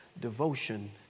Devotion